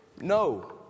No